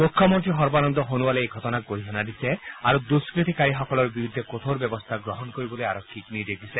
মুখ্যমন্ত্ৰী সৰ্বানন্দ সোণোৱালে এই ঘটনাক গৰিহণা দিছে আৰু দুষ্টতিকাৰীসকলৰ বিৰুদ্ধে কঠোৰ ব্যৱস্থা গ্ৰহণ কৰিবলৈ আৰক্ষীক নিৰ্দেশ দিছে